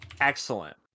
Excellent